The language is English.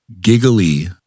giggly